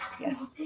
yes